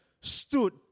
stood